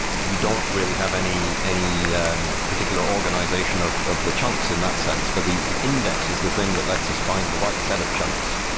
you don't really have any any um particular organization of of the chunks in that sense, but the the index is the thing that lets us find the right set of chunks.